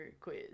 quiz